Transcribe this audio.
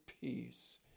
peace